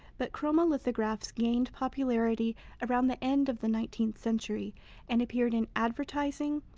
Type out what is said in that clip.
but chromolithographs gained popularity around the end of the nineteenth century and appeared in advertising,